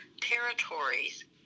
territories